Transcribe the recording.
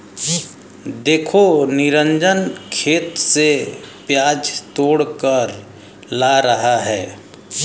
देखो निरंजन खेत से प्याज तोड़कर ला रहा है